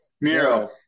Miro